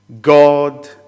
God